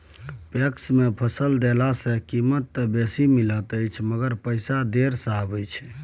PACS मे फसल देला सॅ कीमत त बेसी मिलैत अछि मगर पैसा देर से आबय छै